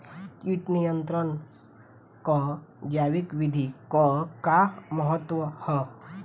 कीट नियंत्रण क जैविक विधि क का महत्व ह?